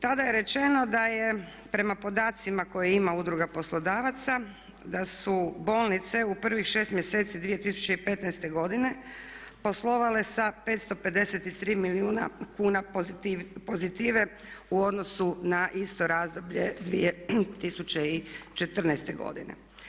Tada je rečeno da je prema podacima koje ima Udruga poslodavaca da su bolnice u prvih 6 mjeseci 2015. godine poslovale sa 553 milijuna kuna pozitive u odnosu na isto razdoblje 2014. godine.